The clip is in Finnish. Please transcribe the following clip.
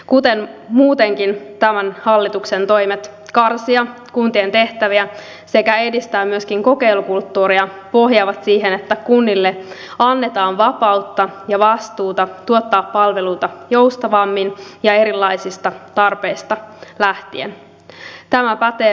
kuten muutenkin tämän hallituksen toimet karsia kuntien tehtäviä sekä edistää myöskin kokeilukulttuuria pohjaavat siihen että kunnille annetaan vapautta ja vastuuta tuottaa palveluita joustavammin ja erilaisista tarpeista lähtien tämä pätee myös varhaiskasvatuspalveluihin